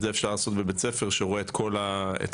את זה אפשר לעשות בבית ספר שרואה את כל הילדים.